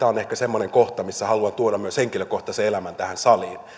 on ehkä semmoinen kohta missä haluan tuoda myös henkilökohtaisen elämän tähän saliin